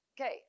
Okay